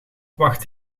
wacht